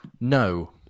No